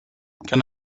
can